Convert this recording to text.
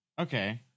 Okay